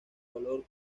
valor